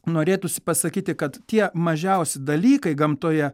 norėtųsi pasakyti kad tie mažiausi dalykai gamtoje